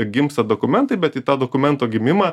gimsta dokumentai bet į tą dokumento gimimą